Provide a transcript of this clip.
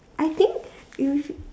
I think you